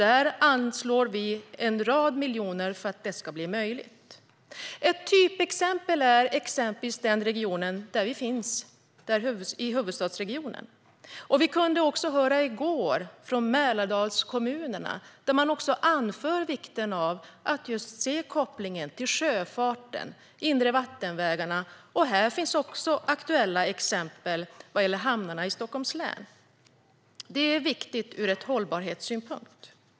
Vi anslår en rad miljoner för att det ska bli möjligt. Ett typexempel är den region där vi finns - huvudstadsregionen. I går kunde man höra Mälardalskommunerna anföra vikten av att se kopplingen till sjöfarten och de inre vattenvägarna. Här finns också aktuella exempel vad gäller hamnarna i Stockholms län. Det är viktigt ur hållbarhetssynpunkt.